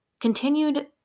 continued